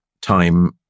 time